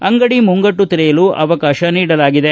ಅಂಗಡಿ ಮುಂಗಟ್ಟು ತೆರೆಯಲು ಅವಕಾತ ನೀಡಲಾಗಿದೆ